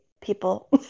people